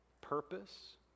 purpose